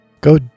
go